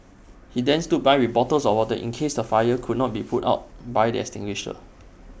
he then stood by with bottles of water in case the fire could not be put out by the extinguisher